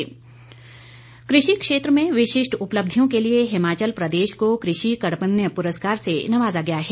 पुरस्कार कृषि क्षेत्र में विशिष्ट उपलब्धियों के लिए हिमाचल प्रदेश के कृषि कर्मण्य पुरस्कार से नवाजा गया है